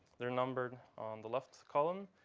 they're numbered on the left column.